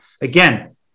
Again